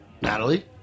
Natalie